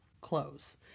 clothes